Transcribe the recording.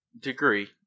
Degree